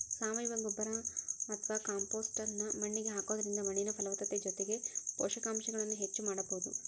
ಸಾವಯವ ಗೊಬ್ಬರ ಅತ್ವಾ ಕಾಂಪೋಸ್ಟ್ ನ್ನ ಮಣ್ಣಿಗೆ ಹಾಕೋದ್ರಿಂದ ಮಣ್ಣಿನ ಫಲವತ್ತತೆ ಜೊತೆಗೆ ಪೋಷಕಾಂಶಗಳನ್ನ ಹೆಚ್ಚ ಮಾಡಬೋದು